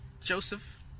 Joseph